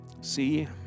See